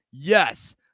Yes